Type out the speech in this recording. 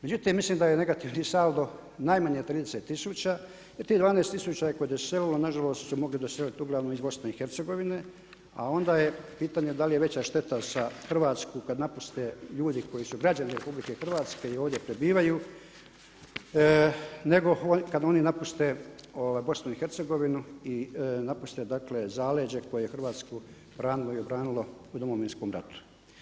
Međutim, mislim da je negativni saldo najmanje 30 tisuća, jer tih 12 tisuća koje se uselilo nažalost su mogli doseliti uglavnom iz BiH, a onda je pitanje da li je veća šteta za Hrvatsku kad napuste ljudi koji su građani RH i ovdje prebivaju nego kad oni napuste BiH, napuste dakle zaleđe koje je Hrvatsku branilo i obranilo u Domovinskom ratu.